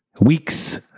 weeks